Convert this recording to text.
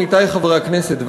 עמיתי חברי הכנסת,